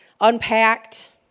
unpacked